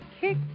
kick